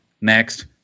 next